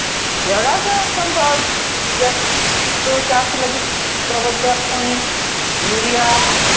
ᱡᱚᱨᱟ ᱫᱚ ᱮᱠᱷᱚᱱ ᱫᱚ ᱡᱟᱹᱥᱛᱤ ᱦᱩᱲᱩ ᱪᱟᱥ ᱞᱟᱹᱜᱤᱫ ᱥᱟᱨ ᱫᱚ ᱮᱠᱷᱚᱱ ᱤᱭᱩᱨᱤᱭᱟ